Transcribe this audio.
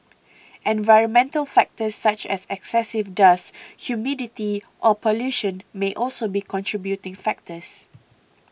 environmental factors such as excessive dust humidity or pollution may also be contributing factors